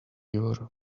your